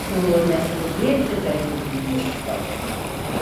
siūlo neskubėti daryti išvadų